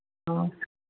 ꯑ